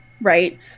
Right